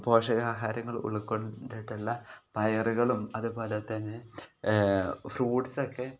പോഷകാഹാരങ്ങൾ ഉൾക്കൊണ്ടിട്ടുള്ള പയറുകളും അതുപോലെ തന്നെ ഫ്രൂട്ട്സൊക്കെ